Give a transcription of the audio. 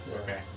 Okay